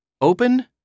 Open